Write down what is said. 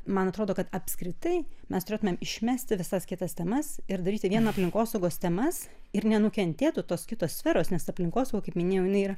man atrodo kad apskritai mes turėtumėm išmesti visas kitas temas ir daryti vien aplinkosaugos temas ir nenukentėtų tos kitos sferos nes aplinkosauga kaip minėjau jinai yra